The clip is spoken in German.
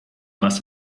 was